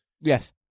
Yes